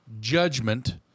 judgment